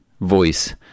voice